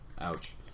Ouch